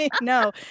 No